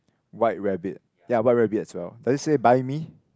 white rabbit ya white rabbit as well does it say buy me